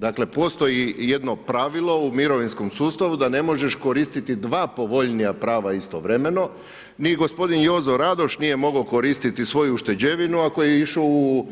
Dakle postoji jedno pravilo u mirovinskom sustavu da ne možeš koristiti dva povoljnija prava istovremeno, ni gospodin Jozo Radoš nije mogao koristiti svoju ušteđevinu ako je išao u